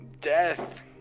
death